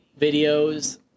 videos